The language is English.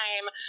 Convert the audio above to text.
time